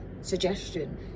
suggestion